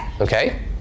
Okay